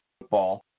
football